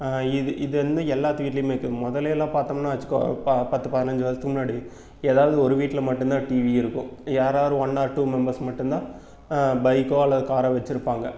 இது இது வந்து எல்லாத்து வீட்லையுமே இருக்கு முதல்லேலாம் பார்த்தோம்னா வச்சிக்கோ ப பத்து பதினஞ்சு வருசத்துக்கு முன்னாடி எதாவது ஒரு வீட்டில மட்டும்தான் டிவி இருக்கும் யாராவது ஒன் ஆர் டூ மெம்பர்ஸ் மட்டும் தான் பைக்கோ அல்லது காரோ வச்சிருப்பாங்க